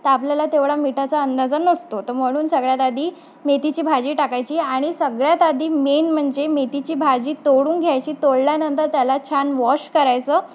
तर आपल्याला तेवढा मिठाचा अंदाज नसतो तर म्हणून सगळ्यात आधी मेथीची भाजी टाकायची आणि सगळ्यात आधी मेन म्हणजे मेथीची भाजी तोडून घ्यायची तोडल्यानंतर त्याला छान वॉश करायचं